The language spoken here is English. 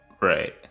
Right